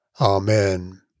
Amen